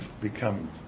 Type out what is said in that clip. become